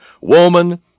woman